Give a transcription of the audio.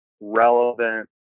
relevant